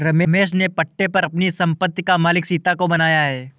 रमेश ने पट्टे पर अपनी संपत्ति का मालिक सीता को बनाया है